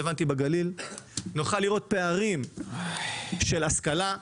נוכל לראות פערים של השכלה,